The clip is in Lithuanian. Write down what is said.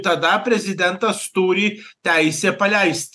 tada prezidentas turi teisę paleist